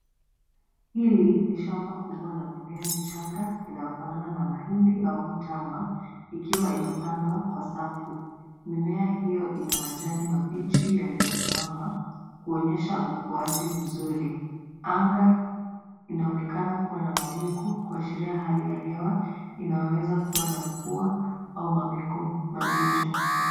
Hili ni shamba kubwa la mimea michanga linalofanana na mahindi au mtama likiwa limepandwa kwa safu. Mimea hiyo ina majani mabichi yaliyosimama kuonyesha ukuaji mzuri. Anga inaonekana kuwa na mawingu kuashiria hali ya hewa inayoweza kuwa na mvua au mawingu mazito.